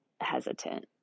hesitant